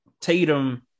Tatum